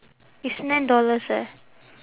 it's nine dollars eh